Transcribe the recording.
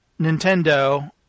Nintendo